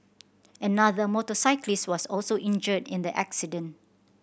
another motorcyclist was also injured in the accident